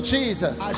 Jesus